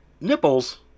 Nipples